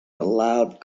allowed